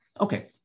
Okay